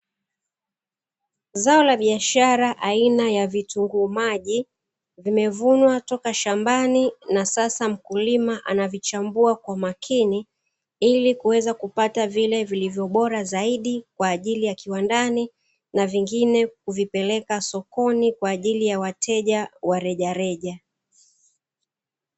Zao la biashara aina ya vitunguu maji, limevunwa toka shambani na sasa mkulima anavichambua kwa makini, ili kuweza kupata vile vilivyo bora zaidi kwaajili ya kiwandani na vingine kuvipeleka sokoni kwaajili ya wateja wa rejareja.